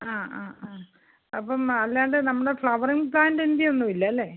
ആ ആ ആ അപ്പം അല്ലാണ്ട് നമ്മുടെ ഫ്ലവറിങ് പ്ലാൻറ്റിൻ്റെ ഒന്നുമില്ല അല്ലേ